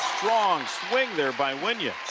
strong swing there by wynja.